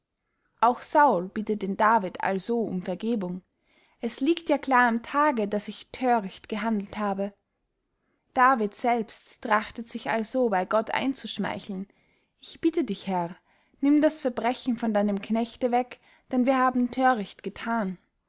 auch saul bittet den david also um vergebung es liegt ja klar am tage daß ich thöricht gehandelt habe david selbst trachtet sich also bey gott einzuschmeicheln ich bitte dich herr nimm das verbrechen von deinem knechte weg denn wir haben thöricht gethan